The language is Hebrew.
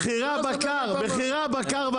מחירי הבקר והצאן,